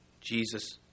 Jesus